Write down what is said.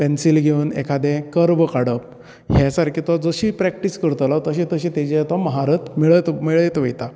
पॅन्सीली घेवन एकादे कर्व काडप हे सारके तो जशी प्रेक्टीस करतलो तशी तशी तेचेर तो महारथ मेळयत मेळयत वयता